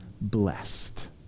blessed